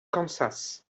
kansas